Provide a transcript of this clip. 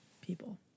people